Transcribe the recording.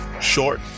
Short